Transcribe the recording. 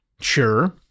Sure